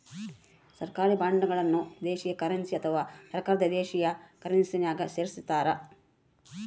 ಸರ್ಕಾರಿ ಬಾಂಡ್ಗಳನ್ನು ವಿದೇಶಿ ಕರೆನ್ಸಿ ಅಥವಾ ಸರ್ಕಾರದ ದೇಶೀಯ ಕರೆನ್ಸ್ಯಾಗ ಹೆಸರಿಸ್ತಾರ